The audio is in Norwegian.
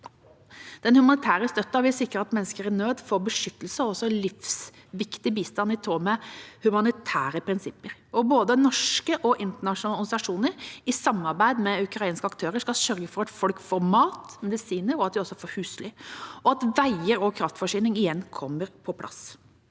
Den humanitære støtten vil sikre at mennesker i nød får beskyttelse og livsviktig bistand i tråd med humanitære prinsipper. Både norske og internasjonale organisasjoner skal i samarbeid med ukrainske aktører sørge for at folk får mat, medisiner og husly, og at veier og kraftforsyning igjen kommer på plass.